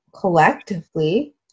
Collectively